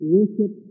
Worship